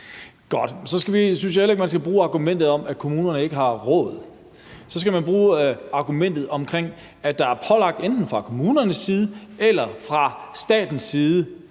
Så synes jeg heller ikke, man skal bruge argumentet om, at kommunerne ikke har råd. Så skal man bruge argumentet om, at der enten fra kommunernes side eller fra statens side